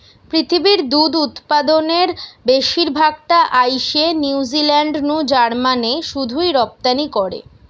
পৃথিবীর দুধ উতপাদনের বেশির ভাগ টা আইসে নিউজিলান্ড নু জার্মানে শুধুই রপ্তানি করে